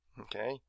Okay